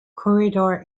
corridor